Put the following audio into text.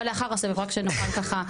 אבל, לאחר הסבב, רק שנוכל ככה.